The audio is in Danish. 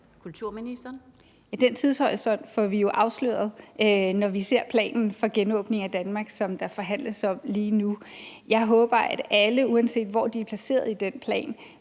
Mogensen): Den tidshorisont får vi jo afsløret, når vi ser planen for genåbningen af Danmark, som der forhandles om lige nu. Jeg håber, at alle, uanset hvor de er placeret i den plan,